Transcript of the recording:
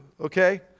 okay